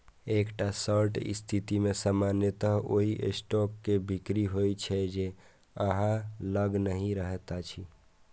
एकटा शॉर्ट स्थिति मे सामान्यतः ओइ स्टॉक के बिक्री होइ छै, जे अहां लग नहि रहैत अछि